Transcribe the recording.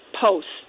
posts